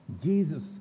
Jesus